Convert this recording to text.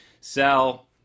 Sell